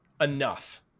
enough